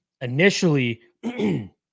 Initially